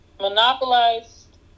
monopolized